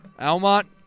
Almont